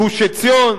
גוש-עציון,